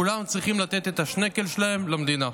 כולם צריכים לתת את השנקל שלהם למדינה.